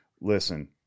listen